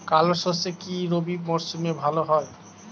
কালো সরষে কি রবি মরশুমে ভালো হয়?